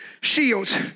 shields